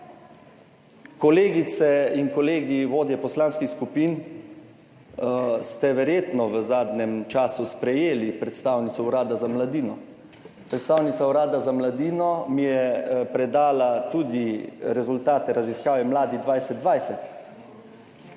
Kolegice in kolegi, vodje poslanskih skupin ste verjetno v zadnjem času sprejeli predstavnico Urada za mladino. Predstavnica Urada za mladino mi je predala tudi rezultate raziskave Mladina 2020.